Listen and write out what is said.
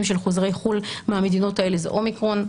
של חוזרי חו"ל מהמדינות האלה זה אומיקרון.